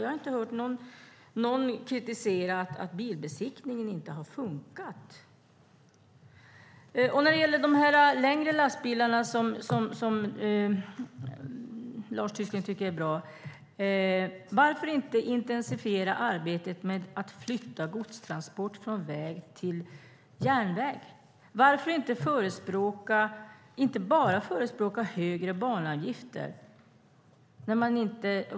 Jag har inte hört någon säga att bilbesiktningen inte har funkat. När det gäller de längre lastbilarna, som Lars Tysklind tycker är bra, undrar jag: Varför inte intensifiera arbetet med att flytta godstransport från väg till järnväg? Det handlar inte bara om att förespråka högre banavgifter.